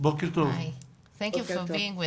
תודה שאת אתנו.